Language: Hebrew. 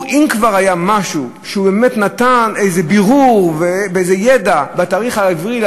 אם כבר היה משהו שנתן בירור ואיזה ידע על התאריך העברי,